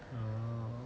oh